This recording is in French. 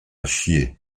chier